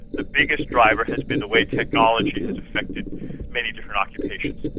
the biggest driver has been the way technology has affected many different occupations.